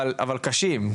אבל קשים.